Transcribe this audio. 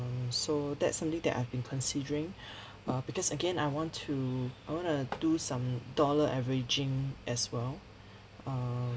so that's something that I've been considering uh because again I want to I want to do some dollar averaging as well um